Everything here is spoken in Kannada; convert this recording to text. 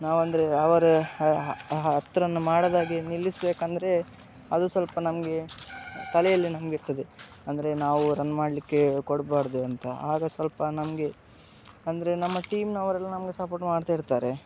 ನಾವು ಅಂದರೆ ಅವರ ಹತ್ತು ರನ್ ಮಾಡದಾಗೆ ನಿಲ್ಲಿಸಬೇಕಂದ್ರೇ ಅದು ಸ್ವಲ್ಪ ನಮಗೆ ತಲೆಯಲ್ಲಿ ನಮ್ಗೆ ಇರ್ತದೆ ಅಂದರೆ ನಾವು ರನ್ ಮಾಡಲಿಕ್ಕೆ ಕೊಡಬಾರ್ದು ಅಂತ ಆಗ ಸ್ವಲ್ಪ ನಮಗೆ ಅಂದರೆ ನಮ್ಮ ಟೀಮಿನವ್ರೆಲ್ಲ ನಮಗೆ ಸಪೋರ್ಟ್ ಮಾಡ್ತಾ ಇರ್ತಾರೆ